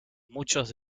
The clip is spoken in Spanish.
muchos